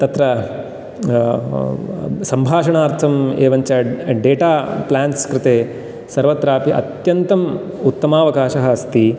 तत्र सम्भाषणार्थम् एवञ्च डेटा प्लान्स् कृते सर्वत्रापि अत्यन्तम् उत्तमावकाशः अस्ति